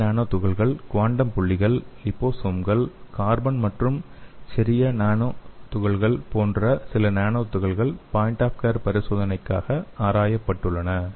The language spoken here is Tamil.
காந்த நானோ துகள்கள் குவாண்டம் புள்ளிகள் லிபோசோம்கள் கார்பன் மற்றும் செரியா நானோ துகள்கள் போன்ற சில நானோ துகள்கள் பாயின்ட் ஆஃப் கேர் பரிசோதனைக்காக ஆராயப்பட்டுள்ளன